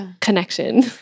connection